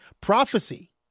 prophecy